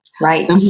Right